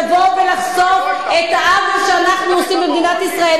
לבוא ולחשוף את העוול שאנחנו עושים במדינת ישראל,